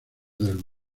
del